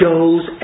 Goes